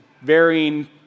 varying